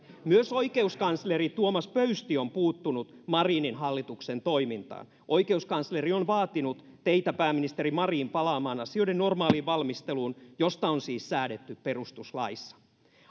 myös oikeuskansleri tuomas pöysti on puuttunut marinin hallituksen toimintaan oikeuskansleri on vaatinut teitä pääministeri marin palaamaan asioiden normaaliin valmisteluun josta on siis säädetty perustuslaissa